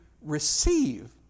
receive